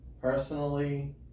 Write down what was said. Personally